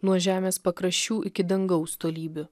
nuo žemės pakraščių iki dangaus tolybių